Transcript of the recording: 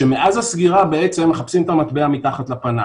שמאז הסגירה בעצם מחפשים את המטבע מתחת לפנס.